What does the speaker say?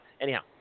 Anyhow